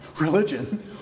religion